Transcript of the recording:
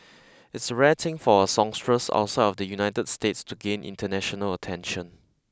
it's a rare thing for a songstress outside of the United States to gain international attention